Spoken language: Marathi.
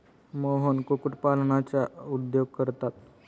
मोहन कुक्कुटपालनाचा उद्योग करतात